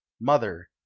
Mother